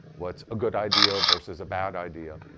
what's a good idea versus a bad idea.